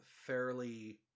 fairly